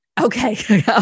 Okay